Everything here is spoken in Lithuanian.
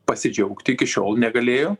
pasidžiaugti iki šiol negalėjo